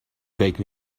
فکر